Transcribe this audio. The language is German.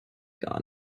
gar